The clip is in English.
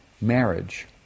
marriage